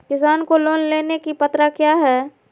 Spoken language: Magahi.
किसान को लोन लेने की पत्रा क्या है?